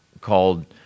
called